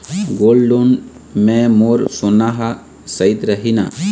Gold loan मे मोर सोना हा सइत रही न?